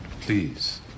Please